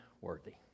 worthy